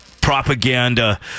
propaganda